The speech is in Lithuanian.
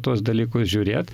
tuos dalykus žiūrėt